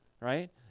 right